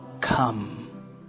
come